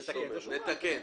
נתקן.